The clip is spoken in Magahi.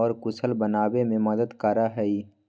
और कुशल बनावे में मदद करा हई